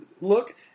look